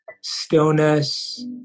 stillness